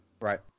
Right